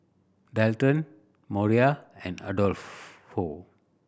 Dalton Moriah and Adolfo